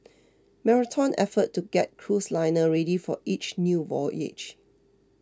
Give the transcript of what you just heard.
marathon effort to get cruise liner ready for each new voyage